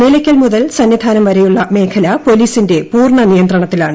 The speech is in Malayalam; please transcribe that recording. നിലയ്ക്കൽ മുതൽ സന്നിധാനം വരെയുളള മേഖല പോലീസിന്റെ പൂർണ്ണനിയന്ത്രണത്തിലാണ്